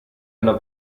una